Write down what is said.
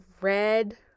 red